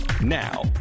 Now